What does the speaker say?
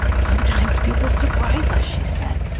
sometimes people surprise us, she said,